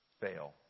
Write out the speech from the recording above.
fail